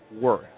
worth